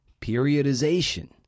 periodization